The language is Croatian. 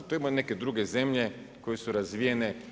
To imaju i neke druge zemlje koje su razvijene.